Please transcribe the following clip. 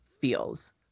feels